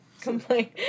complain